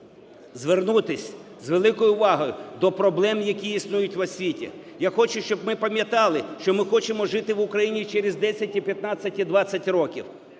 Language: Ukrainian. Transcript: звернутися з великою увагою до проблем, які існують в освіті. Я хочу, щоб ми пам'ятали, що ми хочемо жити в Україні через 10 і 15, і 20 років.